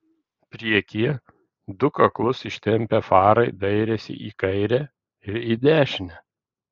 priekyje du kaklus ištempę farai dairėsi į kairę ir į dešinę